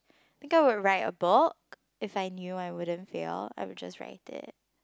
think I will write a book if I knew I wouldn't fail I will just write it